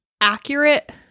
accurate –